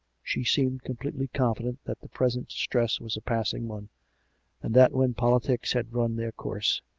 she seemed completely confident that the present distress was a passing one, and that when politics had run their course,